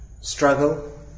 struggle